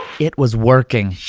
it was working.